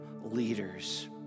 leaders